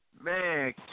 Man